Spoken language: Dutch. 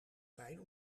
fijn